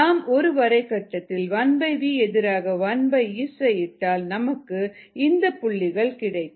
நாம் ஒருவரை கட்டத்தில் 1v எதிராக 1S மிட்டாய் நமக்கு இந்த புள்ளிகள் கிடைக்கும்